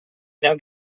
now